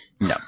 No